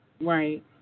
Right